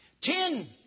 Ten